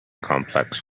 complex